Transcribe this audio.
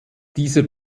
dieser